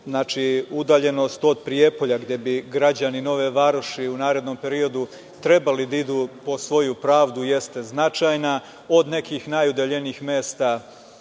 Znači, udaljenost od Prijepolja gde bi građani Nove Varoši u narednom periodu trebali da idu po svoju pravdu jeste značajna od nekih najudaljenijih mesta.